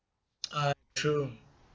ah true